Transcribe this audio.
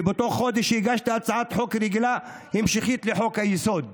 ובאותו חודש הגשתי הצעת חוק רגילה המשכית לחוק-היסוד.